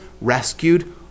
rescued